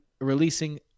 releasing